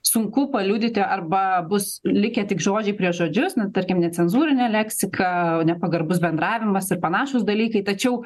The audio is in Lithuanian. sunku paliudyti arba bus likę tik žodžiai prieš žodžius na tarkim necenzūrinė leksika nepagarbus bendravimas ir panašūs dalykai tačiau